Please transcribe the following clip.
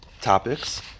topics